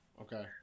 Okay